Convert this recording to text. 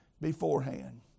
beforehand